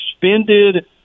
suspended